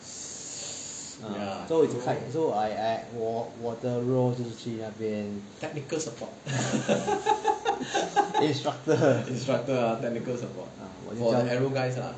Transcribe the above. so it's kite so I I 我我的 role 就是去那边 instructor ah